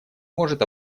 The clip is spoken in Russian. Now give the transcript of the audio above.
может